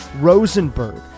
Rosenberg